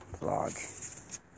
vlog